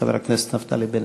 חבר הכנסת נפתלי בנט.